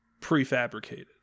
prefabricated